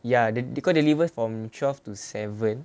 ya the they call delivers from twelve to seven